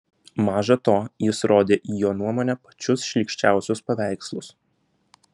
maža to jis rodė į jo nuomone pačius šlykščiausius paveikslus